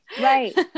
right